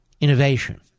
Innovation